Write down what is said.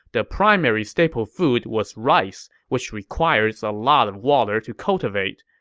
the primary staple food was rice, which requires a lot of water to cultivate.